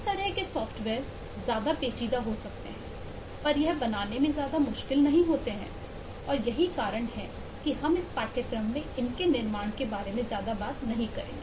इस तरह के सॉफ्टवेयर ज्यादा पेचीदा हो सकते हैं पर यह बनाने में ज्यादा मुश्किल नहीं होते हैं और यही कारण है कि हम इस पाठ्यक्रम में इनके निर्माण के बारे में ज्यादा बात नहीं करेंगे